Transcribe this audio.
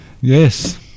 yes